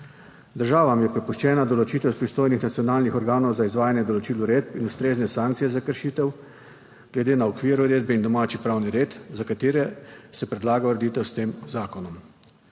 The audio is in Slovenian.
Državam je prepuščena določitev pristojnih nacionalnih organov za izvajanje določil uredb in ustrezne sankcije za kršitev glede na okvir uredbe in domači pravni red, za katere se predlaga ureditev s tem zakonom.